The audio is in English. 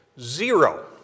Zero